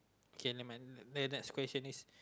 K never mind the next question is